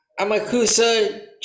Amakusa